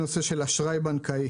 לגבי אשראי בנקאי